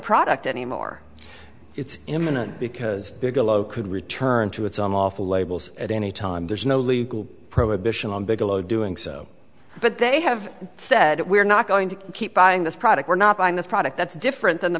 product anymore it's imminent because bigelow could return to its unlawful labels at any time there's no legal prohibition on bigelow doing so but they have said we're not going to keep buying this product we're not buying this product that's different than the